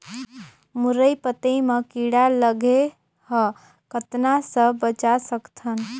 मुरई पतई म कीड़ा लगे ह कतना स बचा सकथन?